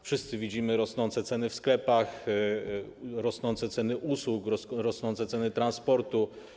Wszyscy widzimy rosnące ceny w sklepach, rosnące ceny usług, rosnące ceny transportu.